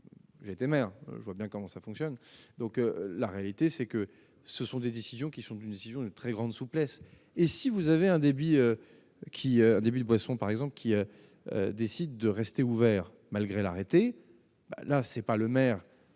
J'étais maire, je vois bien comment ça fonctionne, donc la réalité, c'est que ce sont des décisions qui sont d'une décision, une très grande souplesse et si vous avez un débit qui débute Bresson, par exemple, qui décide de rester ouvert malgré l'arrêté là c'est pas le maire